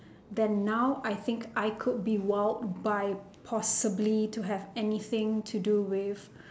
then now I think I could be wowed by possibly to have anything to do with